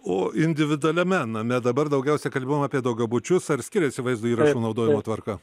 o individualiame name dabar daugiausia kalbėjom apie daugiabučius ar skiriasi vaizdo įrašų naudojimo tvarka